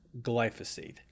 glyphosate